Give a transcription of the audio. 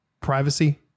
privacy